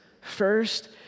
First